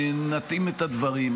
נתאים את הדברים.